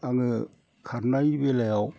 आङो खारनाय बेलायाव